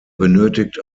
benötigt